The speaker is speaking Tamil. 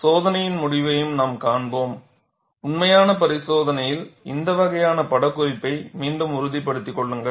சோதனையின் முடிவையும் நாம் காண்போம் உண்மையான பரிசோதனையில் இந்த வகையான படகுறிப்பை மீண்டும் உறுதிப்படுத்திக் கொள்ளுங்கள்